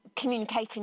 communicating